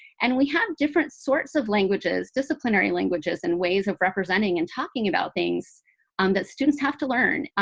and we have different sorts of languages, disciplinary languages and ways of representing and talking about things um that students have to learn.